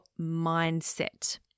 mindset